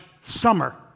summer